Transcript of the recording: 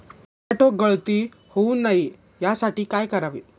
Tomato गळती होऊ नये यासाठी काय करावे?